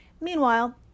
Meanwhile